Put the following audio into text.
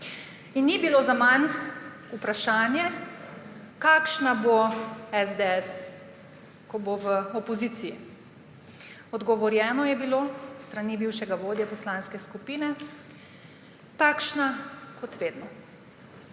Ni bilo zaman vprašanje, kakšna bo SDS, ko bo v opoziciji. Odgovorjeno je bilo s strani bivšega vodje poslanke skupine: »Takšna kot vedno.«